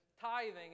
tithing